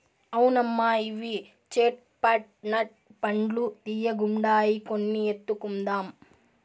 అవునమ్మా ఇవి చేట్ పట్ నట్ పండ్లు తీయ్యగుండాయి కొన్ని ఎత్తుకుందాం